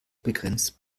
begrenzt